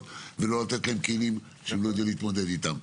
ולא לתת להם כלים שהם לא ידעו להתמודד איתם.